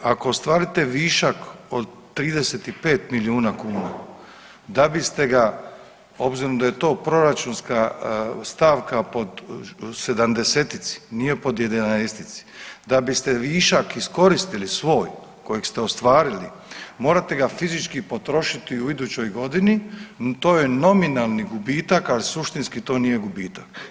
Ako ostvarite višak od 35 milijuna kuna, da biste ga, obzirom da je to proračunska stavka pod 70-ici, nije po 11-ici, da biste višak iskoristili svoj kojeg ste ostvarili, morate ga fizički potrošiti u idućoj godini, to je nominalni gubitak, ali suštinski to nije gubitak.